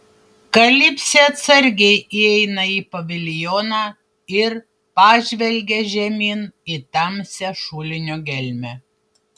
kalipsė atsargiai įeina į paviljoną ir pažvelgia žemyn į tamsią šulinio gelmę